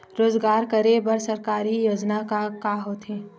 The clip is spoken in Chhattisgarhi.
रोजगार करे बर सरकारी योजना का का होथे?